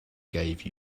gave